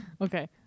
Okay